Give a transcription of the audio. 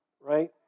Right